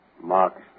Mark